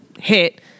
hit